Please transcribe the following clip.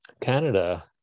Canada